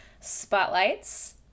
spotlights